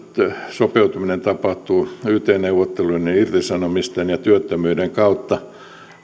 sopeutuminen tapahtuu yt neuvottelujen irtisanomisten ja työttömyyden kautta